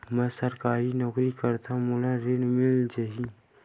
मै सरकारी नौकरी करथव मोला ऋण मिल जाही?